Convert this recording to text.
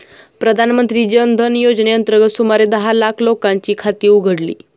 प्रधानमंत्री जन धन योजनेअंतर्गत सुमारे दहा लाख लोकांची खाती उघडली